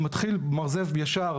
ומרזב ישר,